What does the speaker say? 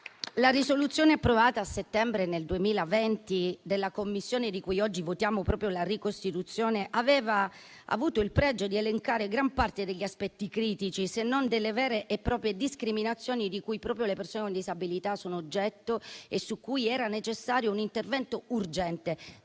La risoluzione approvata a settembre 2020 dalla Commissione di cui oggi votiamo la ricostituzione aveva avuto il pregio di elencare gran parte degli aspetti critici, se non delle vere e proprie discriminazioni di cui le persone con disabilità sono oggetto e su cui era necessario un intervento urgente.